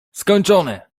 skończone